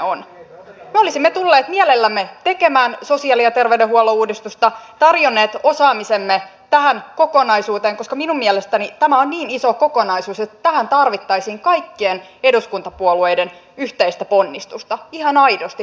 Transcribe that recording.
me olisimme tulleet mielellämme tekemään sosiaali ja terveydenhuollon uudistusta tarjonneet osaamisemme tähän kokonaisuuteen koska minun mielestäni tämä on niin iso kokonaisuus että tähän tarvittaisiin kaikkien eduskuntapuolueiden yhteistä ponnistusta ihan aidosti